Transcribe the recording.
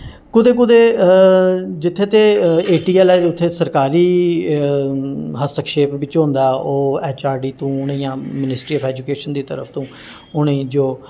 कुदै कुदै जित्थें ते ए टी ऐल ऐ जित्थें सरकारी हस्तक्षेप बिच्च होंदा ओह् ऐच आर डी तूं जां मनिस्टरी आफ ऐजूकेशन दी तरफ तूं उ'नेंगी जो